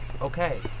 Okay